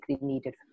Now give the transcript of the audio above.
needed